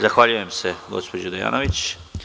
Zahvaljujem se, gospođo Dejanović.